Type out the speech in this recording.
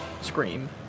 scream